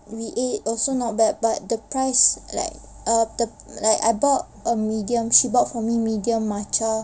we ate also not bad but the price like uh the like I bought a medium she bought for me a medium matcha